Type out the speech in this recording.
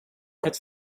het